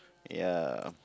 ya